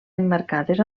emmarcades